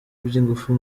by’ingufu